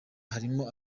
harimo